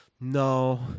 no